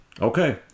Okay